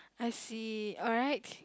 I see alright